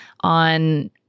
on